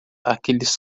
aqueles